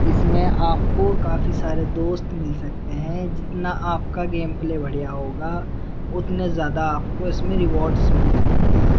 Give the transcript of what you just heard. اس میں آپ کو کافی سارے دوست مل سکتے ہیں جتنا آپ کا گیم پلے بڑھیا ہوگا اتنے زیادہ آپ کو اس میں ریوارڈس مل سکتے ہیں